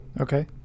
Okay